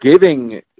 giving